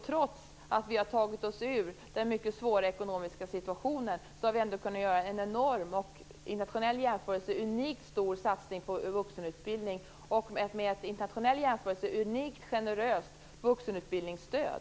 Trots att vi har tagit oss ur den mycket svåra ekonomiska situationen har vi ändå kunnat göra en enorm, i internationell jämförelse unikt stor satsning på vuxenutbildning och med ett i internationell jämförelse unikt generöst vuxenutbildningsstöd.